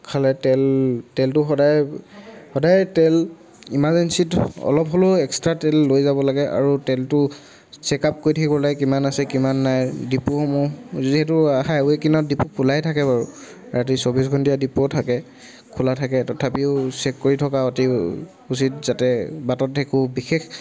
খালে তেল তেলটো সদায় সদায় তেল ইমাৰ্জেঞ্চীত অলপ হ'লেও এক্সট্ৰা তেল লৈ যাব লাগে আৰু তেলটো চেকআপ কৰি থাকিব লাগে কিমান আছে কিমান নাই ডিপুসমূহ যিহেতু হাইৱে' কিনাৰত ডিপু খোলাই থাকে বাৰু ৰাতি চৌবিছ ঘণ্টীয়া ডিপুও থাকে খোলা থাকে তথাপিও চেক কৰি থকা অতি উচিত যাতে বাটত একো বিশেষ